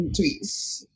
tweets